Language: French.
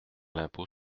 l’impôt